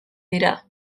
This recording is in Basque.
dira